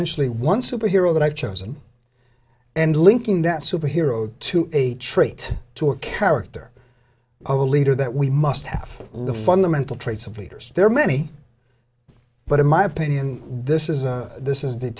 ially one super hero that i've chosen and linking that superhero to a trait to a character a leader that we must have the fundamental traits of leaders there are many but in my opinion this is a this is the